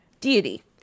deity